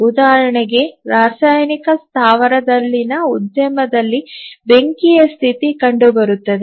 ಉದಾಹರಣೆಗೆ ರಾಸಾಯನಿಕ ಉದ್ಯಮದಲ್ಲಿ ಸ್ಥಾವರದಲ್ಲಿನ ಬೆಂಕಿಯ ಸ್ಥಿತಿ ಕಂಡುಬರುತ್ತದೆ